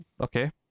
Okay